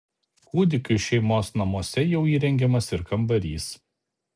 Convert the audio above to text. kūdikiui šeimos namuose jau įrengiamas ir kambarys